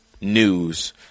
news